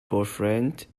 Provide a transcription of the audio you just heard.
boyfriend